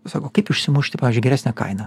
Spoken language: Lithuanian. sako kaip išsimušti pavyzdžiui geresnę kainą